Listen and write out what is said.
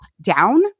down